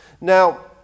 Now